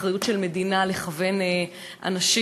אחריות של מדינה לכוון אנשים.